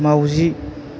माउजि